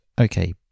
Okay